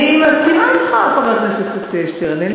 אני מסכימה אתך, חבר הכנסת שטרן.